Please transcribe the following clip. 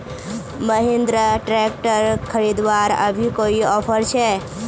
Mahindra tractor खरीदवार अभी कोई ऑफर छे?